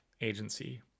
agency